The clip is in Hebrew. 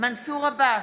מנסור עבאס,